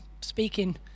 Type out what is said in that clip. speaking